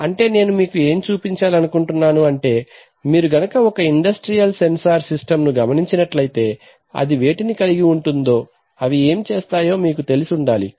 అంటే నేను మీకు ఏమి చూపించాలి అనుకుంటున్నాను అంటే మీరు గనక ఒక ఇండస్ట్రియల్ సెన్సార్ సిస్టం ను గమనించినట్లయితే అది వేటిని కలిగి ఉంటుందో అవి ఏమి చేస్తాయో మీకు తెలిసి ఉండాలి